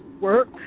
work